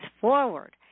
forward